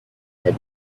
had